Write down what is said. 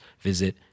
visit